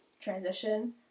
transition